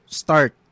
start